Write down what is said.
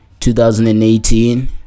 2018